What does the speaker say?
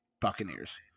Buccaneers